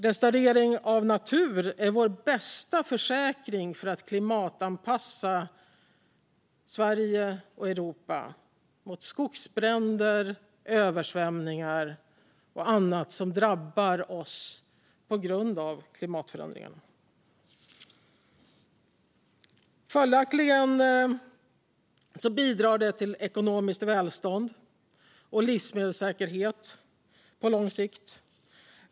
Restaurering av natur är vår bästa försäkring för att klimatanpassa Sverige och Europa och skydda mot skogsbränder, översvämningar och annat som drabbar oss på grund av klimatförändringarna. Följaktligen bidrar det till ekonomiskt välstånd och livsmedelssäkerhet på lång sikt.